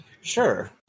sure